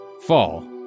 fall